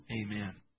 Amen